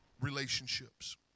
relationships